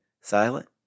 silent